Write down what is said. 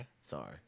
Sorry